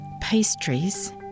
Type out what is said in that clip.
pastries